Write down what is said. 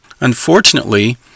Unfortunately